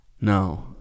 No